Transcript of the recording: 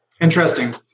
Interesting